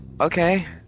okay